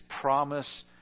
promise